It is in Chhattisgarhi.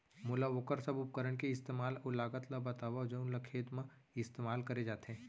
मोला वोकर सब उपकरण के इस्तेमाल अऊ लागत ल बतावव जउन ल खेत म इस्तेमाल करे जाथे?